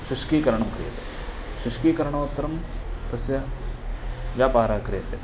शुष्कीकरणं क्रियते शुष्कीकरणोत्तरं तस्य व्यापारः क्रियते